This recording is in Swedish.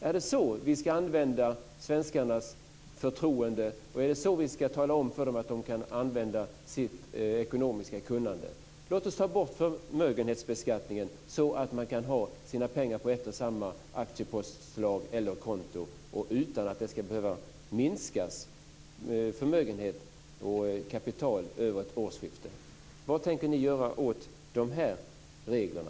Är det så vi ska använda svenskarnas förtroende? Och ska vi säga att det är så de kan använda sitt ekonomiska kunnande? Nej, låt oss ta bort förmögenhetsbeskattningen så att man kan ha sina pengar på ett och samma aktiepostslag eller aktiekonto - utan att behöva minska förmögenhet och kapital över ett årsskifte. Vad tänker ni göra åt de reglerna?